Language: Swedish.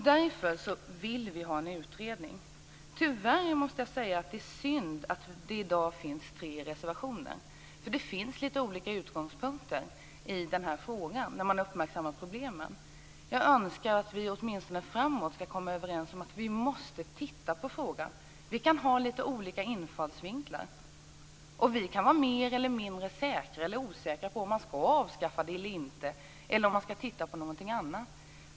Därför vill vi ha en utredning. Tyvärr måste jag säga att det är synd att det i dag finns tre reservationer - det finns ju lite olika utgångspunkter i frågan när man uppmärksammat problemen. Men jag önskar att vi åtminstone framöver kommer överens om att vi måste titta närmare på frågan. Vi kan ha lite olika infallsvinklar och vi kan vara mer eller mindre säkra eller osäkra på detta med ett avskaffande eller inte eller om man ska titta på någonting annat.